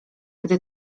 gdy